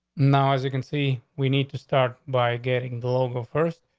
now, as you can see, we need to start by getting the local first.